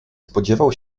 spodziewał